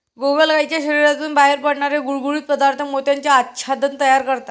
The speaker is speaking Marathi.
गोगलगायीच्या शरीरातून बाहेर पडणारे गुळगुळीत पदार्थ मोत्याचे आच्छादन तयार करतात